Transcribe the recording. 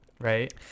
Right